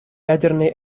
ядерной